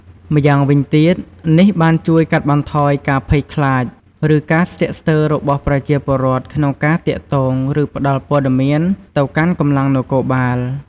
ម្យ៉ាងវិញទៀត នេះបានជួយកាត់បន្ថយការភ័យខ្លាច ឬការស្ទាក់ស្ទើររបស់ប្រជាពលរដ្ឋក្នុងការទាក់ទង ឬផ្ដល់ព័ត៌មានទៅកាន់កម្លាំងនគរបាល។